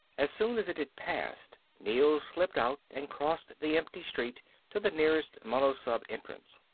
as soon as it had passed neel slipped out and crossed the empty street to the nearest monosub entrance.